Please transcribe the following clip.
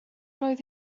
roedd